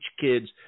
kids